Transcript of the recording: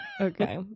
Okay